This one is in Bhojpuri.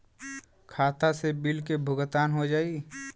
खाता से बिल के भुगतान हो जाई?